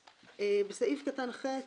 (6)בסעיף קטן (ח),